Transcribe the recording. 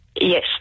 Yes